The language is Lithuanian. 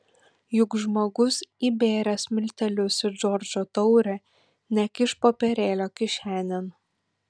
juk žmogus įbėręs miltelius į džordžo taurę nekiš popierėlio kišenėn